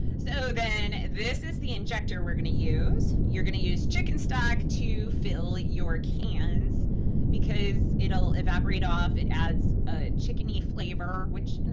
so then this is the injector we're gonna use. you're gonna use chicken stock to fill your cans because it'll evaporate off. it adds a chickeny flavor which and